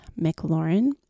McLaurin